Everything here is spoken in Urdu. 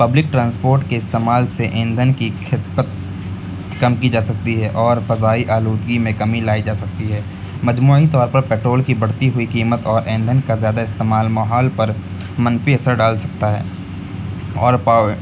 پبلک ٹرانسپورٹ کے استعمال سے ایندھن کی کھپت کم کی جا سکتی ہے اور فضائی آلودگی میں کمی لائی جا سکتی ہے مجموعی طور پر پٹرول کی بڑھتی ہوئی قیمت اور ایندھن کا زیادہ استعمال ماحول پر منفی اثر ڈال سکتا ہے اور پائر